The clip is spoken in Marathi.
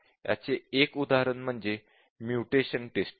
याचे एक उदाहरण म्हणजे म्युटेशन टेस्टिंग